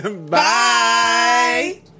bye